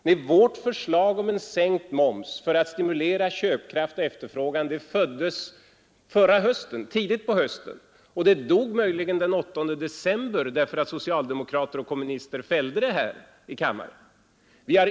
Nej, vårt förslag om en sänkt moms för att stimulera köpkraft och efterfrågan föddes tidigt förra hösten, och det dog möjligen den 8 december, därför att socialdemokrater och kommunister fällde det här i kammaren.